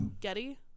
Getty